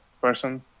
person